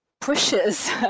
pushes